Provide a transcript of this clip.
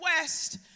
west